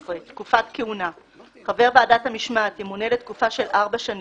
תקופת כהונה 18. חבר ועדת המשמעת ימונה לתקופה של ארבע שנים,